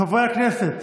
חברי הכנסת,